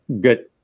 good